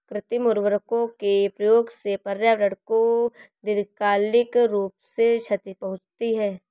कृत्रिम उर्वरकों के प्रयोग से पर्यावरण को दीर्घकालिक रूप से क्षति पहुंचती है